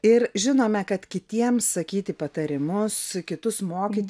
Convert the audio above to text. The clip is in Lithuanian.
ir žinome kad kitiems sakyti patarimus kitus mokyti